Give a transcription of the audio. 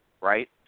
right